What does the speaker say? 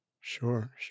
sure